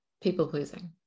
people-pleasing